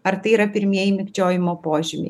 ar tai yra pirmieji mikčiojimo požymiai